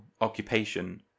occupation